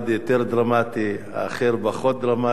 אחד יותר דרמטי, האחר פחות דרמטי,